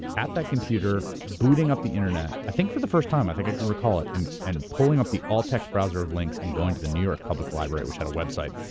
at that computer, booting up the internet, i think for the first time. i think i can recall it, and and pulling up the all-text browser of lynx and going to the new york public library, which had a website,